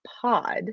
pod